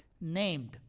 named